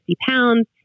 pounds